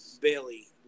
Bailey